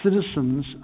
citizens